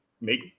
Make